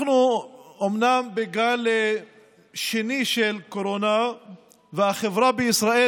אנחנו אומנם בגל שני של קורונה והחברה בישראל